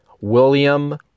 William